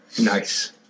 Nice